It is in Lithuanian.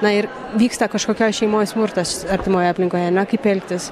na ir vyksta kažkokioj šeimoj smurtas artimoj aplinkoj ar ne kaip elgtis